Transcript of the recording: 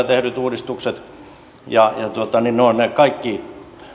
tehdyt uudistukset ovat kaikki